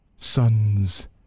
Sons